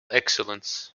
excellence